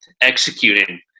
executing